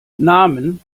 namen